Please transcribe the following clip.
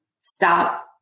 stop